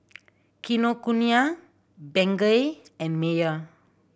Kinokuniya Bengay and Mayer